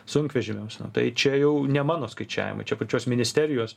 sunkvežimiams na tai čia jau ne mano skaičiavimai čia pačios ministerijos